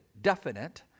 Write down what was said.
definite